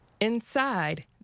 Inside